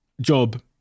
job